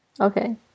okay